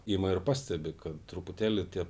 ima ir pastebi kad truputėlį tie